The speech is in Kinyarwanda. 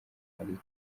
mariya